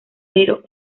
pero